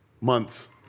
months